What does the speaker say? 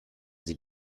sie